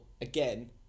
again